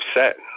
upset